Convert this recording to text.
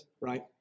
right